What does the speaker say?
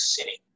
City